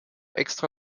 extra